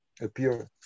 appear